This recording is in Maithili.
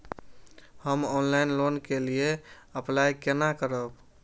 हम ऑनलाइन लोन के लिए अप्लाई केना करब?